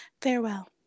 Farewell